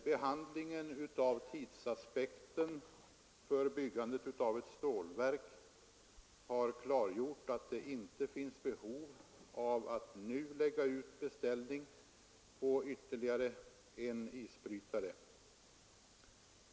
Behandlingen av tidsaspekten för byggandet av ett stålverk har klargjort att det inte finns behov av att nu lägga ut någon beställning på ytterligare en isbrytare.